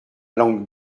langue